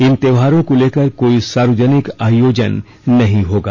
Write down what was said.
इन त्यौहारों को लेकर कोई सार्वजनिक आयोजन नहीं होगा